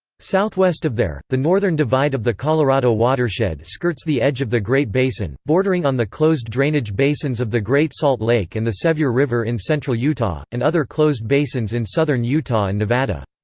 southwest of there, the northern divide of the colorado watershed skirts the edge of the great basin, bordering on the closed drainage basins of the great salt lake and the sevier river in central utah, and other closed basins in southern utah and nevada.